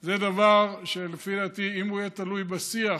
זה דבר שלפי דעתי אם הוא יהיה תלוי בשיח